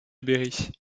berry